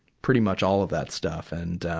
pretty much all of that stuff. and,